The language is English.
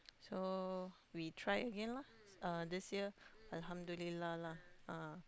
so we try again lah uh this year alhamdulillah lah ah